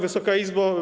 Wysoka Izbo!